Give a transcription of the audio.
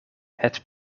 het